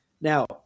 Now